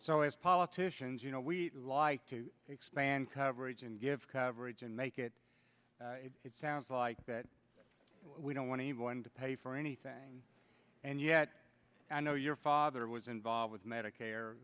so as politicians you know we like to expand coverage and give coverage and make it it sounds like that we don't want anyone to pay for anything and yet i know your father was involved with medicare